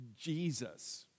Jesus